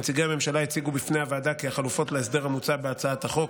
נציגי הממשלה הציגו בפני הוועדה כי החלופות להסדר המוצע בהצעת החוק